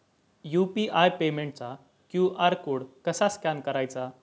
UPI पेमेंटचा QR code कसा scan करायचा?